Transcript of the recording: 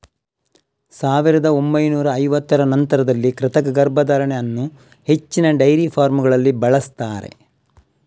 ಸಾವಿರದ ಒಂಬೈನೂರ ಐವತ್ತರ ನಂತರದಲ್ಲಿ ಕೃತಕ ಗರ್ಭಧಾರಣೆ ಅನ್ನು ಹೆಚ್ಚಿನ ಡೈರಿ ಫಾರ್ಮಗಳಲ್ಲಿ ಬಳಸ್ತಾರೆ